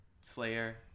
Slayer